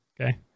okay